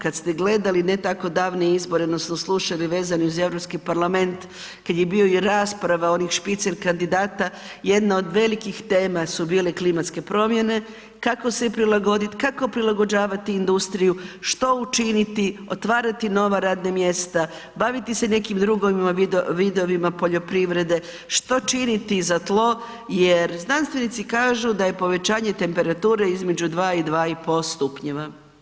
Kada ste gledali ne tako davne izbore … vezane uz Europski parlament, kada je bila i rasprava onih špicen kandidata jedna od velikih tema su bile klimatske promjene, kako se prilagoditi, kako prilagođavati industriju, što učiniti, otvarati nova radna mjesta, baviti se nekim drugim vidovima poljoprivrede, što činiti za tlo jer znanstvenici kažu da je povećanje temperature između 2 i 2,5 stupnjeva.